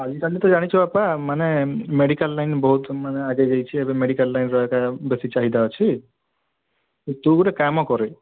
ଆଜିକାଲି ତ ଜାଣିଛୁ ବାପା ମାନେ ମେଡ଼ିକାଲ୍ ଲାଇନ୍ ବହୁତ ମାନେ ଆଗେ ହେଇଛେ ଏବେ ମେଡ଼ିକାଲ୍ ଲାଇନ୍ ର ଏକା ବେଶୀ ଚାହିଦା ଅଛି ତୁ ଗୋଟେ କାମ କରେ